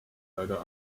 leider